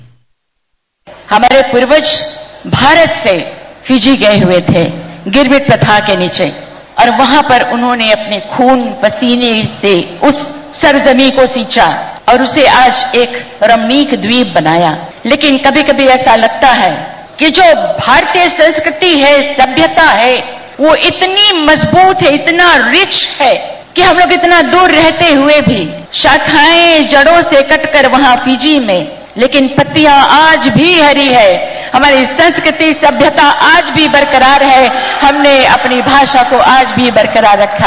bite हमारे पूर्वज भारत से फिजी गये हुए थे गिरमिट प्रथा के नीचे और वहां पर उन्होंने अपने खून पसीने से उस सरजमी को सींचा और उसे आज एक रमणीय द्वीप बनाया लेकिन कभी कभी ऐसा लगता है कि जो भारतीय संस्कृति है सभ्यता है वह इतनी मजबूत है शाखाएं जड़ों से कट कर यहां फिजी में लेकिन पत्तियां आज भी हरी है हमारी संस्कृति सभ्यता आज भी बरकरार है हमने अपनी भाषा को आज भी बरकरार रखा